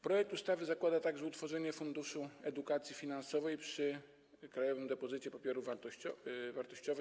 Projekt ustawy zakłada także utworzenie Funduszu Edukacji Finansowej przy Krajowym Depozycie Papierów Wartościowych.